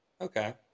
Okay